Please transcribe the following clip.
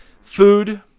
food